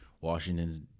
Washington's